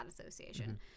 association